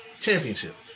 Championship